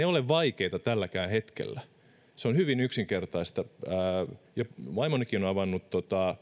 ole vaikeita tälläkään hetkellä se on hyvin yksinkertaista vaimonikin on avannut